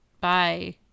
bye